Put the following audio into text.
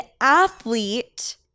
athlete